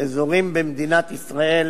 באזורים במדינת ישראל,